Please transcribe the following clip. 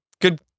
good